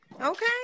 Okay